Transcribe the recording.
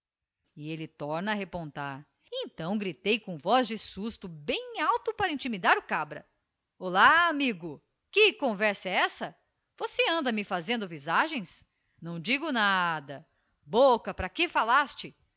elle torna a repontar então gritei com voz de susto bem alto para intimar o cabra olá amigo que conversa é essa você anda me fazendo visagens não digo nada bocca para que falaste